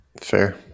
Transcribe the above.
Fair